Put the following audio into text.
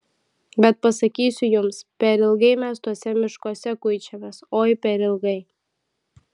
bet pasakysiu jums per ilgai mes tuose miškuose kuičiamės oi per ilgai